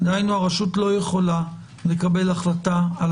דהיינו הרשות לא יכולה לקבל החלטה על